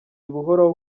buhoraho